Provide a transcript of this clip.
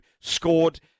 scored